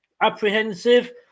Apprehensive